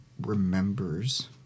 remembers